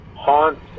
Haunts